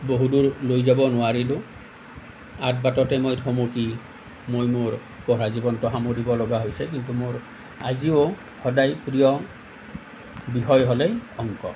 বহু দূৰ লৈ যাব নোৱাৰিলোঁ আদবাটতে মই থমকি মই মোৰ পঢ়া জীৱনটো সামৰিব লগা হৈছে কিন্তু মোৰ আজিও সদায় প্ৰিয় বিষয় হ'লেই অংক